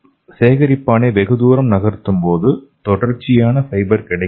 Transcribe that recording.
சேகரிப்பானை வெகுதூரம் நகர்த்தும்போது தொடர்ச்சியான ஃபைபர் கிடைக்காது